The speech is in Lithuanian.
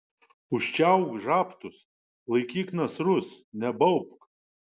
užčiaupk žabtus laikyk nasrus nebaubk